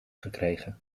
gekregen